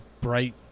bright